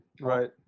Right